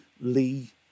Lee